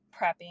prepping